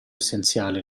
essenziale